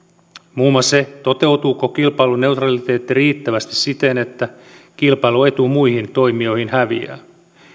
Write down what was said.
muun muassa sen toteutuuko kilpailuneutraliteetti riittävästi siten että kilpailuetu muihin toimijoihin häviää